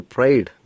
Pride